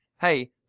hey